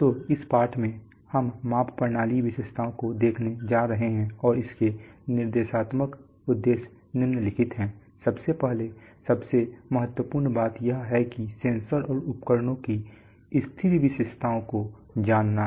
तो इस पाठ में हम माप प्रणाली विशेषताओं को देखने जा रहे हैं और इसके निर्देशात्मक उद्देश्य निम्नलिखित हैं सबसे पहले सबसे महत्वपूर्ण बात यह है कि सेंसर और उपकरणों की स्थिर विशेषताओं को जानना